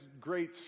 great